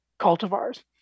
cultivars